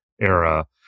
era